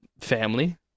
family